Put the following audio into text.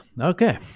Okay